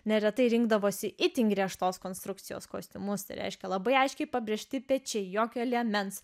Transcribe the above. neretai rinkdavosi itin griežtos konstrukcijos kostiumus tai reiškia labai aiškiai pabrėžti pečiai jokio liemens